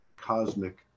cosmic